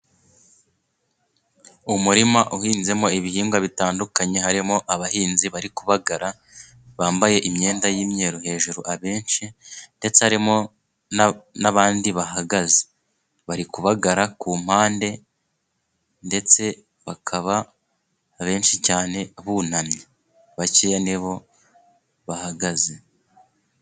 Umurima uhinzemo ibihingwa bitandukanye, harimo abahinzi bari kubagara bambaye imyenda y'imyeru hejuru abenshi, ndetse harimo n'abandi bahagaze bari kubagara ku mpande ndetse bakaba benshi cyane bunamye bakeya ni bo bahagaze.